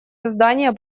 создание